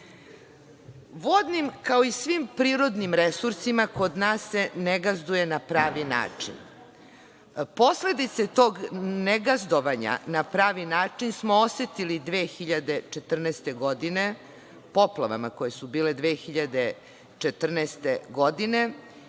ne. Vodnim, kao i svim prirodnim resursima, kod nas se ne gazduje na pravi način. Posledice tog negazdovanja na pravi način smo osetili 2014. godine, poplavama koje su bile 2014. godine